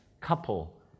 couple